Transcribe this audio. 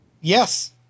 Yes